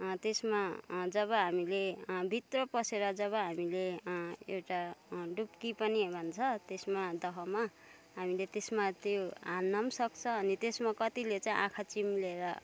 त्यसमा जब हामीले भित्र पसेर जब हामीले एउटा डुबकी पनि भन्छ त्यसमा दहमा हामीले त्यसमा त्यो हान्न पनि सक्छ अनि त्यसमा कतिले चाहिँ आँखा चिम्लेर